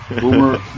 Boomer